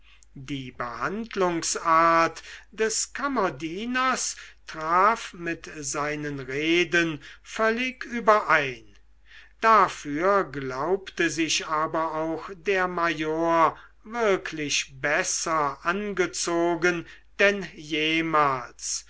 die behandlungsart des kammerdieners traf mit seinen reden völlig überein dafür glaubte sich aber auch der major wirklich besser angezogen denn jemals